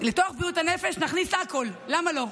לתוך בריאות הנפש נכניס הכול, למה לא?